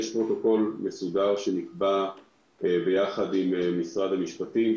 יש פרוטוקול שנקבע ביחד עם משרד המשפטים,